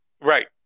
Right